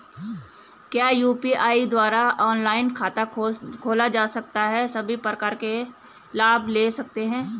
क्या यु.पी.आई द्वारा ऑनलाइन खाता खोला जा सकता है सभी प्रकार के लाभ ले सकते हैं?